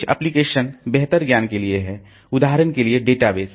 कुछ एप्लिकेशन बेहतर ज्ञान के लिए हैं उदाहरण के लिए डेटा बेस